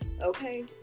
okay